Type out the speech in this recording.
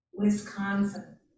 Wisconsin